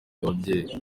ababyeyi